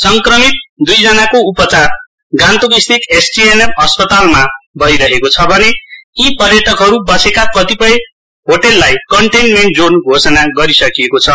संक्रमित द्ईजनाको गान्तोकस्थित एसटीएनएम अस्पतालमा उपचार श्रु गरिएको छ भने यी पर्यटकहरू बसेका कतिपय होटेललाई कन्टेनमेन्ट जोन घोषणा गरिसकिएको छ